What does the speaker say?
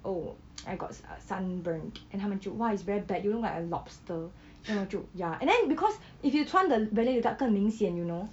oh I got a s~ sunburned then 他们就 !wah! it's very bad you look like a lobster then 我就 ya and then because if you 穿 the ballet without 更明显 you know